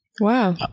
Wow